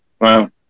Wow